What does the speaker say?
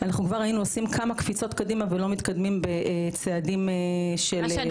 אנחנו כבר היינו עושים כמה קפיצות קדימה ולא מתקדמים בצעדים של צב.